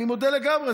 אני מודה לגמרי.